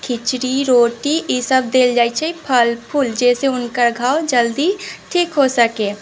खिचड़ी रोटी ईसभ देल जाइत छै फल फूल जाहिसँ हुनका घाव जल्दी ठीक हो सकय